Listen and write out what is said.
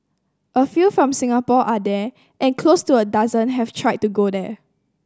a few from Singapore are there and close to a dozen have tried to go there